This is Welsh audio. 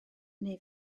neu